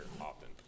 often